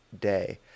day